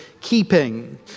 keeping